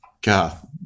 God